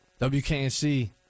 WKNC